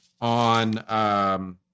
on